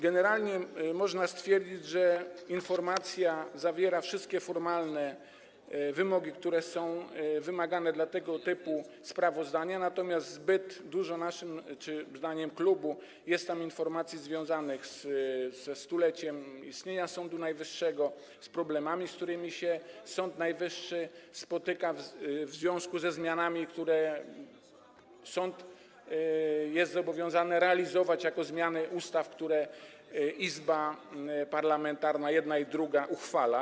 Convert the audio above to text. Generalnie można stwierdzić, że informacja spełnia wszystkie formalne wymogi, które są stawiane tego typu sprawozdaniom, natomiast zbyt dużo zdaniem mojego klubu jest tam informacji związanych ze 100-leciem istnienia Sądu Najwyższego, z problemami, z którymi się Sąd Najwyższy spotyka w związku ze zmianami, które jest zobowiązany realizować, jako że są to zmiany ustaw, które izba parlamentarna jedna i druga uchwala.